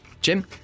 Jim